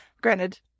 Granted